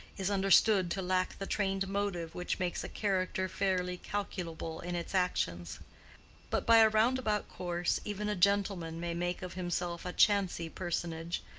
is understood to lack the trained motive which makes a character fairly calculable in its actions but by a roundabout course even a gentleman may make of himself a chancy personage,